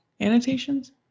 Annotations